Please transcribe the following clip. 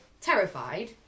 terrified